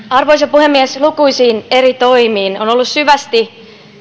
arvoisa puhemies lukuisiin eri toimiin on ollut syvästi